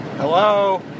Hello